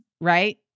right